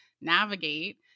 navigate